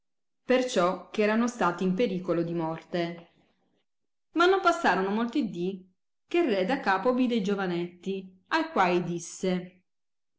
perciò che erano stati in pericolo di morte ma non passaro molti dì che re da capo vide i giovanetti a quai disse